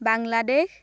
Bangladesh